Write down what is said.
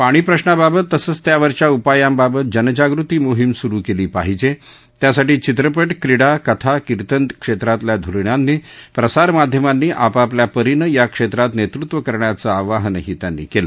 पाणी प्रशाबाबत तसंच त्यावरच्या उपायांबाबत जनजागृती मोहीम सुरु कळी पाहिज उत्यासाठी चित्रपट क्रीडा कथा कीर्तन क्षम्रीतल्या धुरीणांनी प्रसार माध्यमांनी आपापल्या परीनं या क्षम्रीत नसूचे करण्याचं आवाहनही त्यांनी कले